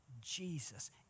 Jesus